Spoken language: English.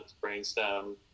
brainstem